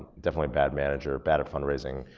definitely bad manager, bad at fundraising.